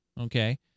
Okay